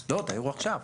לא, אז תעירו עכשיו.